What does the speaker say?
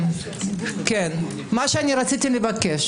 מה שרציתי לבקש